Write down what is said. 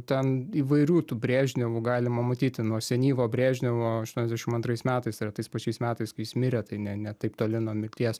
ten įvairių tų brežnevų galima matyti nuo senyvo brežnevo aštuoniasdešim antrais metais tai yra tais pačiais metais kai jis mirė tai ne ne taip toli nuo mirties